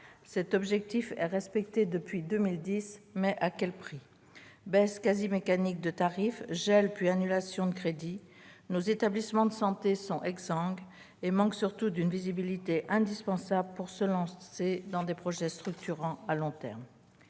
Cet objectif est respecté depuis 2010, mais à quel prix ? Baisses quasi mécaniques de tarifs, gels, puis annulations de crédits : nos établissements de santé sont exsangues et manquent surtout d'une visibilité indispensable pour se lancer dans des projets structurants à long terme.